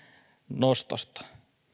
nostosta